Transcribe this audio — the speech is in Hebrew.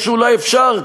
או שאולי אפשר,